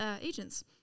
agents